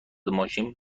ماشین